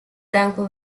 thankful